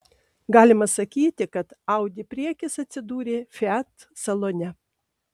galima sakyti kad audi priekis atsidūrė fiat salone